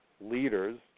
leaders